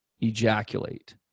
ejaculate